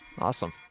awesome